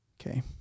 okay